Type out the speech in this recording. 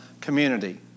community